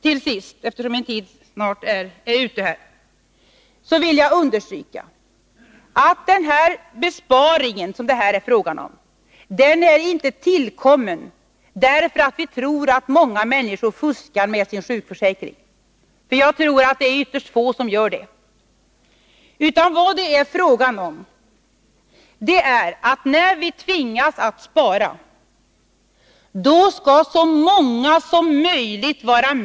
Till sist, eftersom min tid snart är ute, vill jag understryka att den besparing som det här är fråga om inte är tillkommen för att vi tror att många människor fuskar med sin sjukförsäkring. Jag tror att det är ytterst få som gör det. Det är istället fråga om att så många som möjligt skall vara med och spara, när vi nu tvingas att spara.